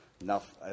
enough